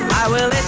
i will